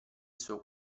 suo